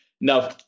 Now